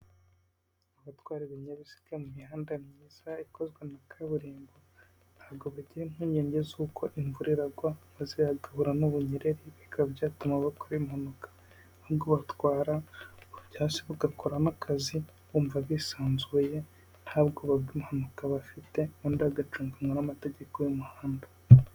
Abatwara ibinyabiziga mu mihanda myiza ikozwe na kaburimbo, ntabwo bagira impungenge z'uko imvura iragwa maze bagahura n'ubunyereri bikaba byatuma bakora impanuka, ahubwo batwara uko byashoboka bagakora n'akazi bumva bisanzuye, nta bwoba bw'impanuka bafite, ubundi bagacunganwa n'amategeko y'umuhanda.